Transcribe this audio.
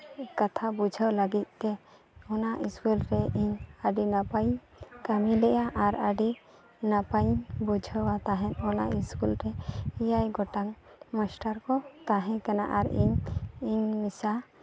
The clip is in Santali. ᱠᱟᱛᱷᱟ ᱵᱩᱡᱷᱟᱹᱣ ᱞᱟᱹᱜᱤᱫᱛᱮ ᱚᱱᱟ ᱥᱠᱩᱞ ᱨᱮ ᱤᱧ ᱟᱹᱰᱤ ᱱᱟᱯᱟᱭ ᱤᱧ ᱠᱟᱹᱢᱤ ᱞᱮᱜᱼᱟ ᱟᱨ ᱟᱹᱰᱤ ᱱᱟᱯᱟᱭᱤᱧ ᱵᱩᱡᱷᱟᱹᱣᱟ ᱛᱟᱦᱮᱸᱫ ᱚᱱᱟ ᱥᱠᱩᱞ ᱨᱮ ᱮᱭᱟᱭ ᱜᱚᱴᱟᱝ ᱢᱟᱥᱴᱟᱨ ᱠᱚ ᱛᱟᱦᱮᱸ ᱠᱟᱱᱟ ᱟᱨ ᱤᱧ ᱢᱮᱥᱟ